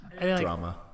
drama